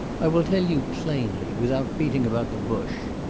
i will tell you plainly, without beating about the bush.